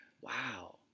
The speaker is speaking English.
Wow